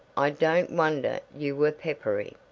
i don't wonder you were peppery.